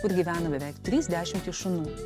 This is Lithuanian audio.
kur gyvena beveik trys dešimtys šunų